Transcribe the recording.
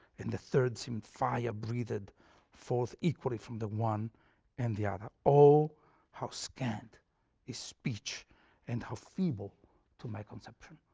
and the third seemed fire breathed forth equally from the one and the other. o how scant is speech and how feeble to my conception!